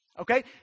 okay